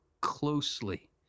closely